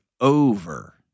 over